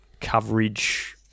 coverage